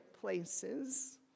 places